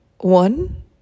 One